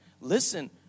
Listen